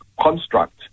construct